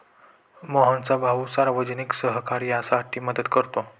मोहनचा भाऊ सार्वजनिक सहकार्यासाठी मदत करतो